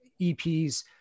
EPs